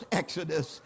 exodus